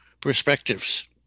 perspectives